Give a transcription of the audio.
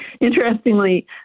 Interestingly